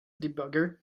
debugger